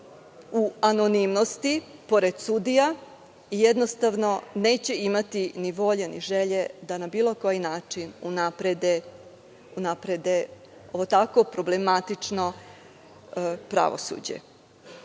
u anonimnosti pored sudija i jednostavno neće imati ni volje ni želje da na bilo koji način unaprede ovo tako problematično pravosuđe. Gospodine